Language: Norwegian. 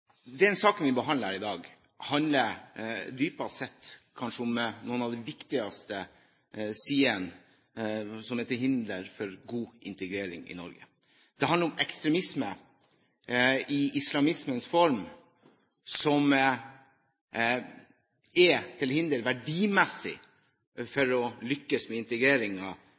Den saken vi behandler her i dag, handler dypest sett kanskje om noen av de viktigste sidene som er til hinder for god integrering i Norge. Det handler om ekstremisme i islamismens form, som er til hinder verdimessig for å lykkes med